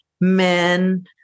men